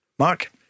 Mark